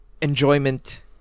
enjoyment